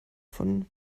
von